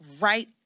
right